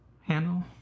handle